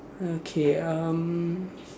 okay um